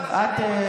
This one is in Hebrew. אתם